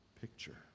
picture